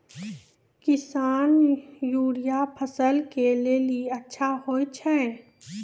किसान यूरिया फसल के लेली अच्छा होय छै?